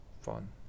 fun